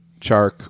Chark